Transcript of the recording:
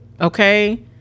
okay